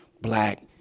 black